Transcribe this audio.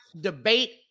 debate